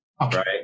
right